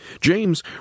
James